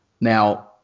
Now –